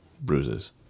bruises